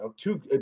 two